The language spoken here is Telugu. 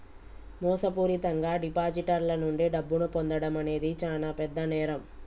మోసపూరితంగా డిపాజిటర్ల నుండి డబ్బును పొందడం అనేది చానా పెద్ద నేరం